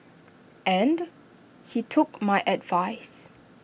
and he took my advice